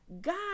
God